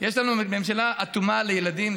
יש לנו ממשלה אטומה לילדים.